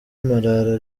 marara